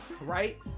right